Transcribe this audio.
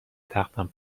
تختم